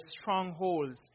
strongholds